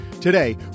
Today